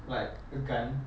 like a gun